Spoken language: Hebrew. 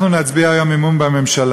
אנחנו נצביע היום אמון בממשלה,